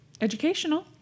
educational